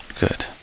Good